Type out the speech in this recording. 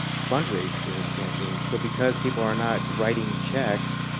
fundraised for his campaign. so because people are not writing checks,